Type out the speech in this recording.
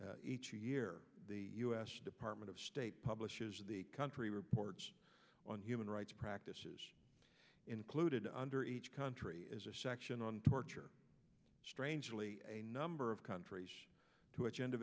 each year the u s department of state publishes the country report on human rights practices included under each country is a section on torture strangely a number of countries to attend